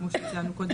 כמו שהצגנו קודם,